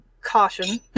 caution